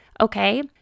Okay